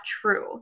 true